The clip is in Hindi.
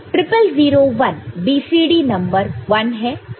0 0 0 1 BCD नंबर 1 है